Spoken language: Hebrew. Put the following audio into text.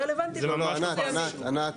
לא, לא, ענת, ענת.